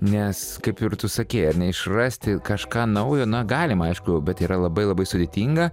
nes kaip ir tu sakei ar ne išrasti kažką naujo na galima aišku bet yra labai labai sudėtinga